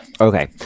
Okay